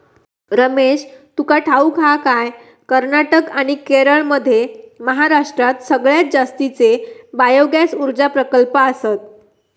रमेश, तुका ठाऊक हा काय, कर्नाटक आणि केरळमध्ये महाराष्ट्रात सगळ्यात जास्तीचे बायोगॅस ऊर्जा प्रकल्प आसत